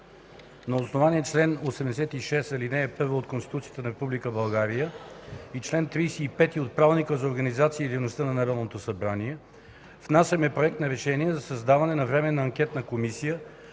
На основание чл. 86, ал. 1 от Конституцията на Република България и чл. 35 от Правилника за организация и дейността на Народното събрание внасяме Проект на решение за създаване на Временна анкетна комисия